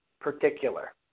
particular